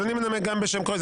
אז אני מנמק גם בשם קרויזר,